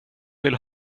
vill